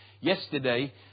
Yesterday